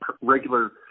regular